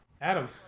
Adam